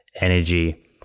energy